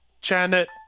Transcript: Janet